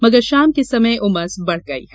मगर शाम के समय उमस बढ़ गई है